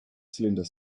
cylinder